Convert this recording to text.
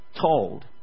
told